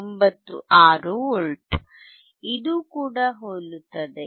96 volt ಇದು ಕೂಡ ಹೋಲುತ್ತದೆ